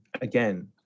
again